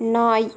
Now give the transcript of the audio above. நாய்